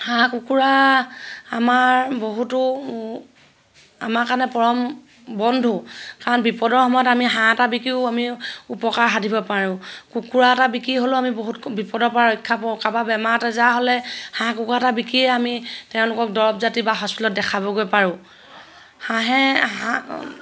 হাঁহ কুকুৰা আমাৰ বহুতো আমাৰ কাৰণে পৰম বন্ধু কাৰণ বিপদৰ সময়ত আমি হাঁহ এটা বিকিও আমি উপকাৰ সাধিব পাৰোঁ কুকুৰা এটা বিকি হ'লেও আমি বহুত বিপদৰ পৰা ৰক্ষা কাৰোবা বেমাৰ আজাৰ হ'লে হাঁহ কুকুৰা এটা বিকিয়ে আমি তেওঁলোকক দৰৱ জাতি বা হস্পিটেলত দেখাবগৈ পাৰোঁ হাঁহে হাঁহ